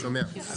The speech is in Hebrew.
שומע.